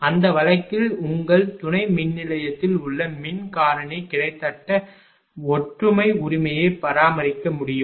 அந்த வழக்கில் உங்கள் துணை மின்நிலையத்தில் உள்ள மின் காரணி கிட்டத்தட்ட ஒற்றுமை உரிமையை பராமரிக்க முடியும்